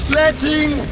letting